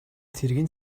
цэргийн